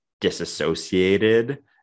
disassociated